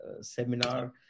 seminar